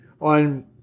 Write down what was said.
On